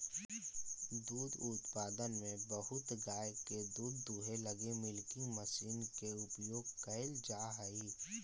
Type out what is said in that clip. दुग्ध उत्पादन में बहुत गाय के दूध दूहे लगी मिल्किंग मशीन के उपयोग कैल जा हई